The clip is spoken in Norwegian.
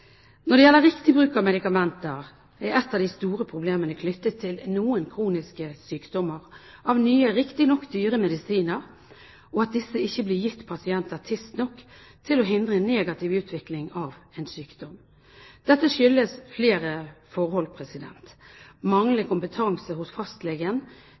gjelder riktig bruk av medikamenter, er et av de store problemene knyttet til noen kroniske sykdommer at nye, riktignok dyre, medisiner ikke blir gitt pasienter tidsnok til å hindre en negativ utvikling av en sykdom. Dette skyldes flere forhold, som manglende kompetanse hos fastlegen